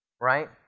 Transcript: Right